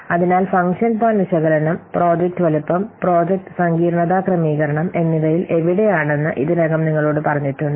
അതിനാൽ function point വിശകലനം project വലുപ്പം പ്രോജക്റ്റ് സങ്കീർണ്ണത ക്രമീകരണം എന്നിവയിൽ എവിടെയാണെന്ന് ഇതിനകം നിങ്ങളോട് പറഞ്ഞിട്ടുണ്ട്